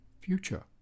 future